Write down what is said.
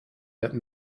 that